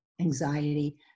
anxiety